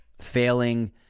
failing